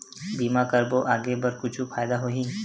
बीमा करबो आगे बर कुछु फ़ायदा होही?